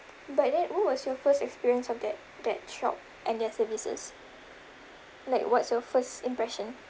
but that what was your first experience of that that shop and their services like what's your first impression